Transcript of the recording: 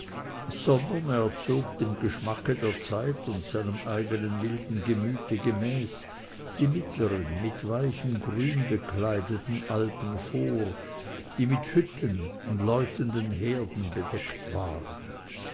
er zog dem geschmacke der zeit und seinem eigenen milden gemüte gemäß die mittlern mit weichem grün bekleideten alpen vor die mit hütten und läutenden herden bedeckt waren